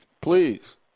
Please